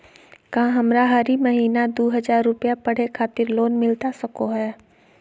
का हमरा हरी महीना दू हज़ार रुपया पढ़े खातिर लोन मिलता सको है?